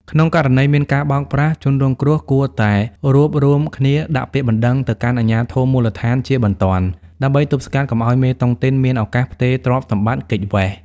ក្នុងករណីមានការបោកប្រាស់ ជនរងគ្រោះគួរតែរួបរួមគ្នាដាក់ពាក្យបណ្ដឹងទៅកាន់អាជ្ញាធរមូលដ្ឋានជាបន្ទាន់ ដើម្បីទប់ស្កាត់កុំឱ្យមេតុងទីនមានឱកាសផ្ទេរទ្រព្យសម្បត្តិគេចវេស។